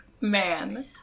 man